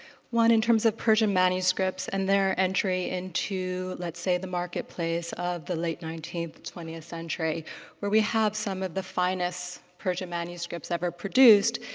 one in terms of persian manuscripts and their entry into let's say the marketplace of the late nineteenth, twentieth century where we have some of the finest persian manuscripts ever produced,